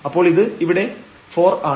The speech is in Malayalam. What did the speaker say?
അപ്പോൾ ഇത് ഇവിടെ 4 ആണ്